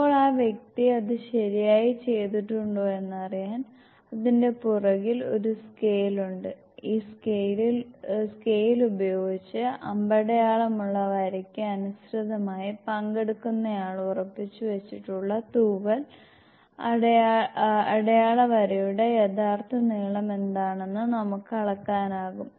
ഇപ്പോൾ ആ വ്യക്തി അത് ശരിയായി ചെയ്തിട്ടുണ്ടോ എന്നറിയാൻ അതിന്റെ പുറകിൽ ഒരു സ്കെയിൽ ഉണ്ട് ഈ സ്കെയിൽ ഉപയോഗിച്ച് അമ്പടയാളമുള്ള വരക്ക് അനുസൃതമായി പങ്കെടുക്കുന്നയാൾ ഉറപ്പിച്ച് വെച്ചിട്ടുള്ള തൂവൽ അടയാള വരയുടെ യഥാർത്ഥ നീളം എന്താണെന്ന് നമുക്ക് അളക്കാനാകും